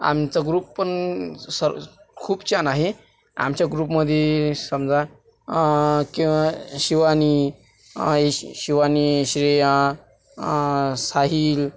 आमचं ग्रुप पण सर खूप छान आहे आमच्या ग्रुपमध्ये समजा क शिवानी शि शिवानी श्रेया साहिल